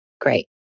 Great